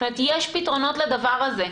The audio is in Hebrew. כלומר יש פתרונות לדבר הזה.